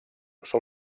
sol